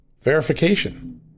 verification